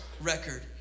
record